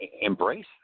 embrace